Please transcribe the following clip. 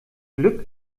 glück